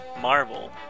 Marvel